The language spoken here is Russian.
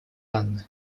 анны